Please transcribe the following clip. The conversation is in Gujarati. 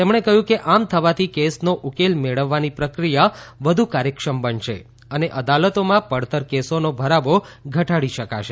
તેમણે કહ્યું કે આમ થવાથી કેસનો ઉકેલ મેળવવાની પ્રક્રિયા વધુ કાર્યક્ષમ બનશે અને અદાલતોમાં પડતર કેસોનો ભરાવો ઘટાડી શકાશે